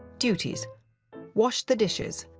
duties wash the dishes,